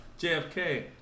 JFK